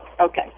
Okay